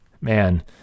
man